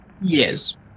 yes